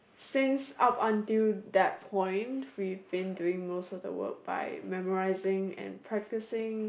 since up until that point we've been doing most of the work by memorising and practising